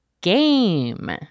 GAME